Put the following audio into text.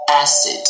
Acid